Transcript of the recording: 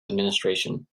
administration